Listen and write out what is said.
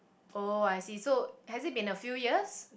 oh I see so has it been a few years